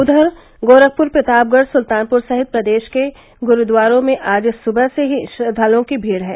उधर गोरखपुर प्रतापगढ़ सुल्तानपुर सहित प्रदेश भर के गुरूद्वारों में आज सुबह से ही श्रद्वालुओं की भीड़ है